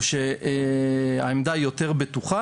או שהעמדה היא יותר בטוחה,